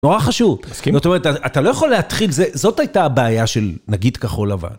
נורא חשוב, זאת אומרת, אתה לא יכול להתחיל, זאת הייתה הבעיה של, נגיד, כחול לבן.